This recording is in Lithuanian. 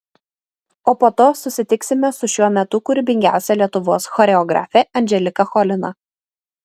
o po to susitiksime su šiuo metu kūrybingiausia lietuvos choreografe andželika cholina